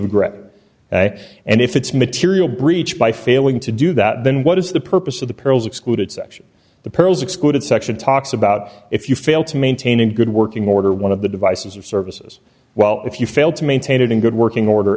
grey and if it's material breach by failing to do that then what is the purpose of the pearls excluded section the pearls excluded section talks about if you fail to maintain an good working order one of the devices and services well if you fail to maintain it in good working order